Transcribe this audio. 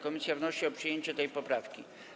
Komisja wnosi o przyjęcie tej poprawki.